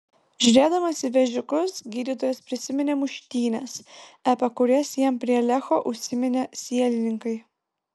žiūrėdamas į vežikus gydytojas prisiminė muštynes apie kurias jam prie lecho užsiminė sielininkai